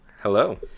Hello